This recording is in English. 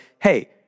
hey